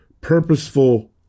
purposeful